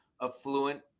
affluent